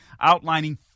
outlining